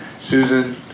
Susan